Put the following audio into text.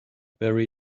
bury